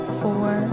four